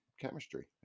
chemistry